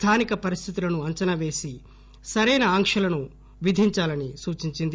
స్టానిక పరిస్థితులను అంచనాపేసి సరైన ఆంక్షలను విధించాలని సూచించింది